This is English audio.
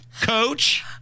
Coach